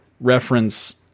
reference